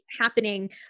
happening